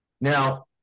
now